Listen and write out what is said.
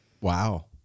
Wow